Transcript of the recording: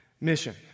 mission